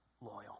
loyal